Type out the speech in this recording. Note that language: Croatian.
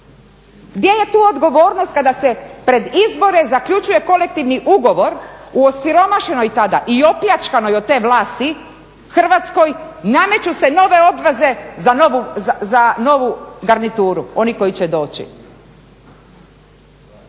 Gdje je tu odgovornost kada se pred izbore zaključuje kolektivni ugovor u osiromašenoj tada i opljačkanoj od te vlasti Hrvatskoj, nameću se nove obveze za novu garnituru oni koji će doći.